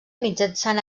mitjançant